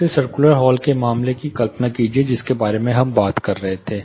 उस circular hall के मामले की कल्पना कीजिए जिसके बारे में हम बात कर रहे थे